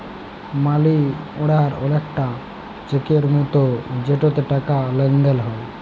মালি order অলেকটা চ্যাকের মতো যেটতে টাকার লেলদেল হ্যয়